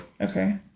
Okay